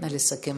נא לסכם,